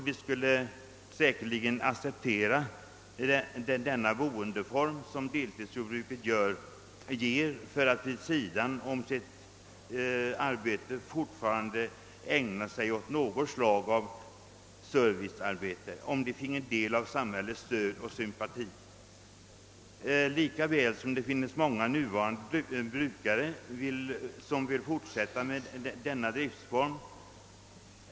De skulle säkerligen acceptera den boendeform, som deltidsjordbruket ger, för att vid sidan om sitt jordbruk fortfarande kunna ägna sig åt något slag av servicearbete, om de finge del av samhällets stöd och sympati. Många nuvarande brukare vill också fortsätta med denna driftform.